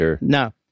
No